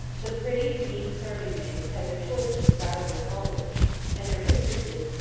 the pretty neat servant-maids had their choice of desirable followers and their mistresses,